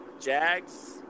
Jags